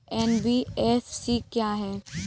NBFC क्या है?